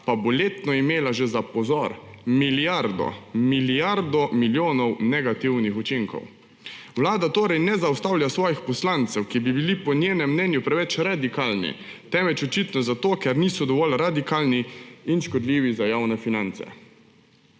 pa bo letno imela že za – pozor! – milijardo milijonov negativnih učinkov. Vlada torej ne zaustavlja svojih poslancev, ki bi bili po njenem mnenju preveč radikalni, temveč očitno zato, ker niso dovolj radikalni in škodljivi za javne finance.